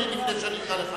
לפני שאני אקרא אותך לסדר.